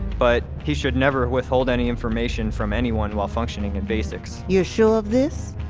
but he should never withhold any information from anyone while functioning in basics you're sure of this?